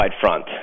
front